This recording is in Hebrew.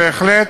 בהחלט,